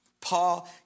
Paul